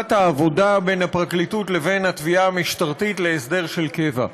חלוקת העבודה בין הפרקליטות לבין התביעה המשטרתית להסדר של קבע.